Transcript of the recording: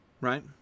right